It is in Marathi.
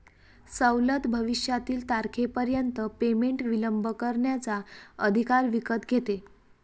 सवलत भविष्यातील तारखेपर्यंत पेमेंट विलंब करण्याचा अधिकार विकत घेते